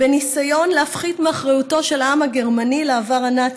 בניסיון להפחית מאחריותו של העם הגרמני לעבר הנאצי.